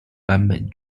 版本